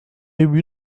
ubu